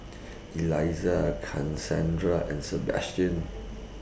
Elisa Kassandra and Sebastian